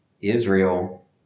Israel